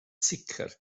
sicr